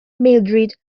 mildrid